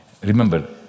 Remember